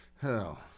Hell